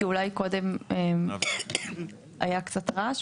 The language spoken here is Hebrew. כי אולי קודם היה קצת רעש.